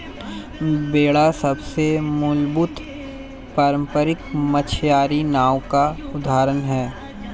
बेड़ा सबसे मूलभूत पारम्परिक मछियारी नाव का उदाहरण है